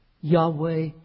Yahweh